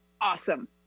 awesome